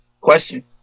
question